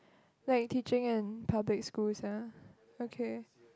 like teaching in public schools ah okay